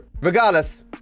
Regardless